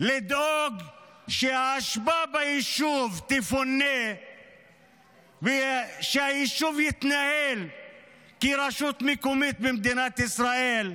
לדאוג שהאשפה ביישוב תפונה ושהיישוב יתנהל כרשות מקומית במדינת ישראל.